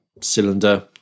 cylinder